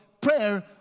prayer